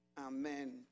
Amen